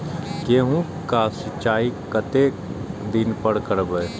गेहूं का सीचाई कतेक दिन पर करबे?